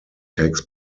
takes